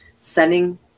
sending